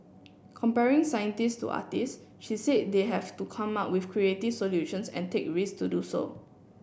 comparing scientist to artist she said they have to come up with creative solutions and take risk to do so